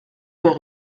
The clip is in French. vers